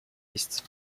liste